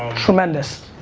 tremendous.